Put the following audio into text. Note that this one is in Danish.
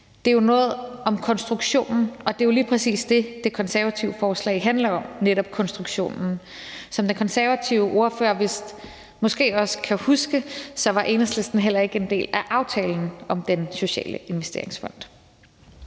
Det er jo noget om konstruktionen, og det er jo lige præcis det, det konservative forslag handler om, netop konstruktionen. Som den konservative ordfører måske også kan huske, var Enhedslisten heller ikke en del af aftalen om Den Sociale Investeringsfond.